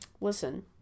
Listen